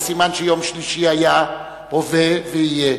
זה סימן שיום שלישי היה, הווה ויהיה.